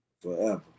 Forever